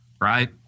right